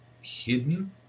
hidden